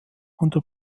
unter